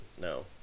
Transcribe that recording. no